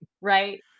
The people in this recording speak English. right